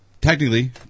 technically